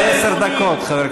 אנחנו לא רק מדברים, אנחנו עושים.